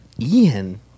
Ian